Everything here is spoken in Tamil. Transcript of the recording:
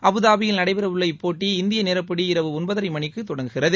அபுதாபியில் நடைபெறவுள்ள இப்போட்டி இந்திய நேரப்படி இரவு ஒன்பதரை மணிக்கு தொடங்குகிறது